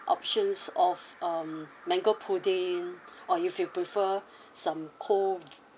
options of um mango pudding or you prefer some cold